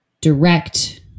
direct